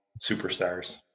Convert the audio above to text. superstars